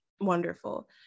wonderful